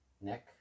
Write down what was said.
Nick